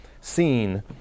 seen